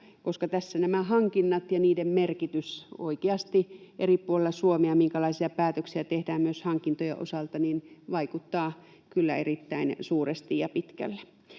koska tässä nämä hankinnat ja niiden merkitys oikeasti eri puolilla Suomea — minkälaisia päätöksiä tehdään myös hankintojen osalta — vaikuttavat kyllä erittäin suuresti ja pitkälle.